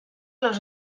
los